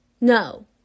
No